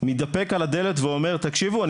מתדפק על הדלת ואומר: תקשיבו,